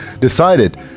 decided